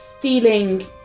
feeling